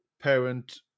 parent